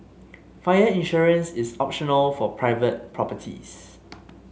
fire insurance is optional for private properties